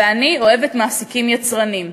ואני אוהבת מעסיקים יצרניים.